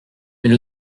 mais